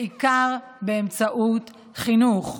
בעיקר באמצעות חינוך.